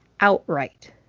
outright